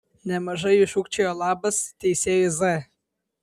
nemažai jų šūkčiojo labas teisėjui z